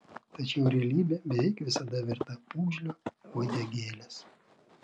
tačiau realybė beveik visada verta pūgžlio uodegėlės